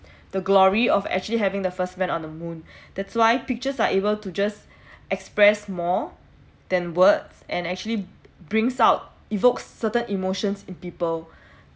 the glory of actually having the first men on the moon that's why pictures are able to just express more than words and actually brings out evokes certain emotions in people